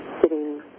sitting